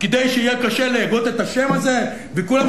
כדי שיהיה קשה להגות את השם הזה וכולם